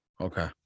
okay